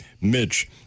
Mitch